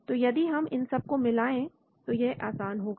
तो यदि हम इन सब को मिलाएं तो यह आसान होगा